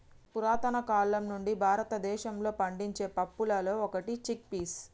పురతన కాలం నుండి భారతదేశంలో పండించే పప్పులలో ఒకటి చిక్ పీస్